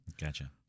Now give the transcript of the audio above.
Gotcha